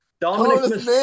Dominic